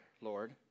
Lord